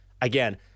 Again